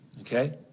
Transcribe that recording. Okay